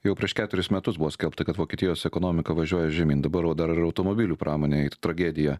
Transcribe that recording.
jau prieš keturis metus buvo skelbta kad vokietijos ekonomika važiuoja žemyn dabar o dar ir automobilių pramonėj tragedija